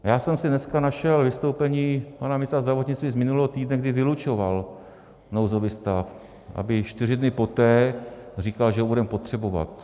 Já jsem si dneska našel vystoupení pana ministra zdravotnictví z minulého týdne, kdy vylučoval nouzový stav, aby čtyři dny poté říkal, že ho budeme potřebovat.